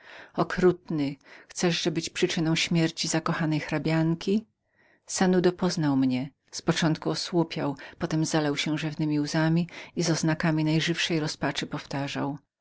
mówiąc okrutny chceszże być przyczyną śmierci nieszczęśliwej hrabianki sanudo poznał mnie z początku osłupiał potem zalał się rzewnemi łzami i dając znaki najżywszej rozpaczy powtarzał